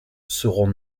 seront